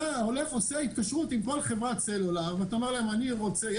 אתה עושה התקשרות עם כל חברת סלולר ואומר שיש